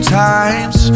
times